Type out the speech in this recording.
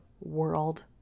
World